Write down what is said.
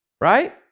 Right